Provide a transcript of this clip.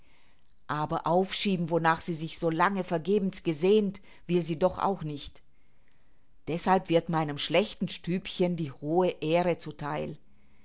aber aufschieben wonach sie sich so lange vergebens gesehnt will sie doch auch nicht deßhalb wird meinem schlechten stübchen die hohe ehre zu theil